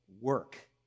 work